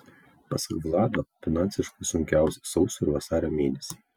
pasak vlado finansiškai sunkiausi sausio ir vasario mėnesiai